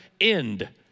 end